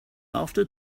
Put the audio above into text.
after